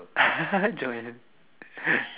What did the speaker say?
joy